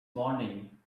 morning